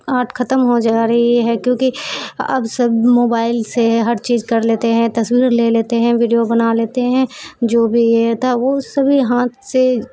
art ختم ہو جا رہی ہے کیونکہ اب سب موبائل سے ہر چیز کر لیتے ہیں تصویر لے لیتے ہیں ویڈیو بنا لیتے ہیں جو بھی یہ تھا وہ سبھی ہاتھ سے